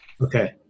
Okay